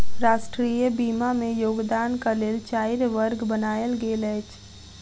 राष्ट्रीय बीमा में योगदानक लेल चाइर वर्ग बनायल गेल अछि